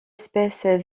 espèces